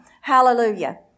Hallelujah